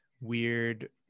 weird